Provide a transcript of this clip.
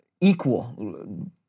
equal